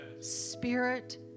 spirit